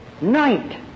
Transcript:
night